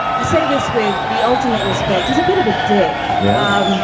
i say this with the ultimate respect is a bit of a dick. yeah, um